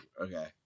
Okay